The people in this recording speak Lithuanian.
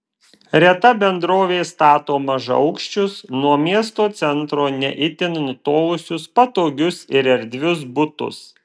reta bendrovė stato mažaaukščius nuo miesto centro ne itin nutolusius patogius ir erdvius butus